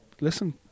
listen